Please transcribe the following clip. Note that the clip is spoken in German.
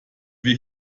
wir